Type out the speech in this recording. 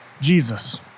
Jesus